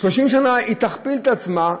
30 שנה היא תכפיל את עצמה,